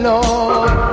Lord